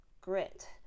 grit